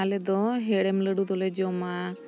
ᱟᱞᱮᱫᱚ ᱦᱮᱲᱮᱢ ᱞᱟᱹᱰᱩ ᱫᱚᱞᱮ ᱡᱚᱢᱟ